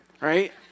Right